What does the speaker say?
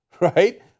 right